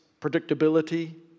predictability